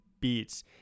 beats